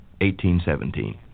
1817